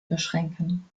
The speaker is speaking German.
beschränken